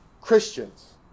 christians